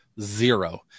Zero